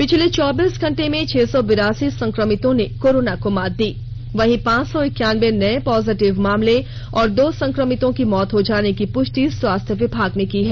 पिछले चौबीस घंटे में छह सौ बिरासी संक्रमितों ने कोरोना को मात दी वहीं पांच सै इक्यानबे नए पॉजिटिव मामले और दो संक्रमितों की मौत हो जाने की पुष्टि स्वास्थ्य विभाग ने की है